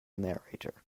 narrator